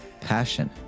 passion